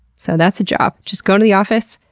so that's a job. just go to the office,